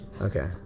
Okay